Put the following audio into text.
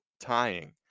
tying